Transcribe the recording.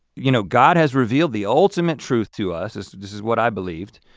you know god has revealed the ultimate truth to us, this this is what i believed.